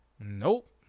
Nope